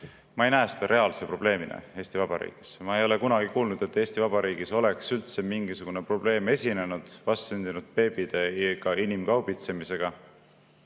Ma ei näe seda reaalse probleemina Eesti Vabariigis. Ma ei ole kunagi kuulnud, et Eesti Vabariigis oleks üldse mingisugune probleem esinenud vastsündinud beebide või inimkaubitsemisega.